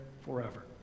forever